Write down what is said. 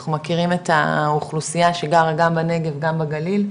אנחנו מכירים את האוכלוסייה שגרה גם בנגב גם בגליל,